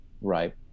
right